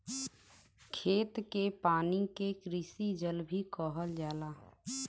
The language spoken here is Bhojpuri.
खेत के पानी के कृषि जल भी कहल जाला